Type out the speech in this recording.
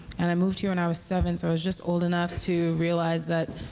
and i moved here when i was seven so i was just old enough to realize that,